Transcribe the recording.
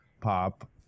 pop